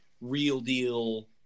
real-deal